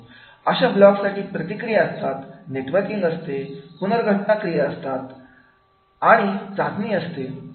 अशा ब्लॉग साठी प्रतिक्रिया असतात नेटवर्किंग असते पुनर्घटन क्रिया असते आणि चाचणी असते